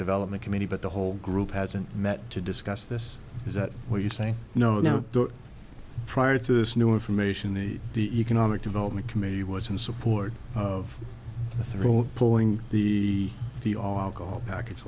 development committee but the whole group hasn't met to discuss this is that what you're saying no no prior to this new information the the economic development committee was in support of the throat pulling the the all alcohol package